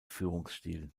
führungsstil